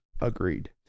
Agreed